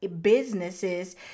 businesses